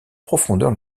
profondeur